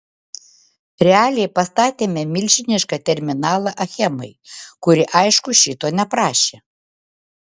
realiai pastatėme milžinišką terminalą achemai kuri aišku šito neprašė